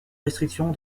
restrictions